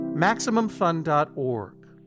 MaximumFun.org